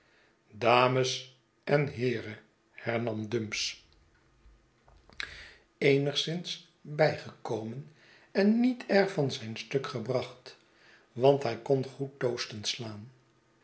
dames en heeren hernam dumps eenigseen dooppleghtigheid zins bijgekomen en niet erg van zijn stuk gebracht want hij kon goed toasten slaan